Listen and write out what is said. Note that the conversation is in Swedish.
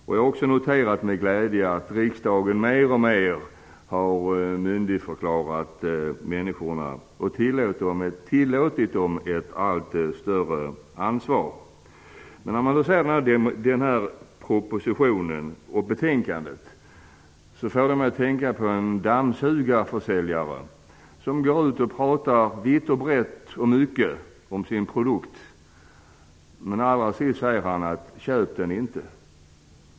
Jag har också noterat med glädje att riksdagen mer och mer har myndigförklarat människorna och tillåtet dem ett allt större ansvar. Den föreliggande propositionen och betänkandet får mig att tänka på en dammsugarförsäljare som talar vitt och brett och mycket om sin produkt, men allra sist säger: Köp den inte!